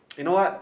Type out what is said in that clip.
you know what